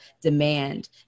demand